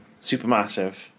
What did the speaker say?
Supermassive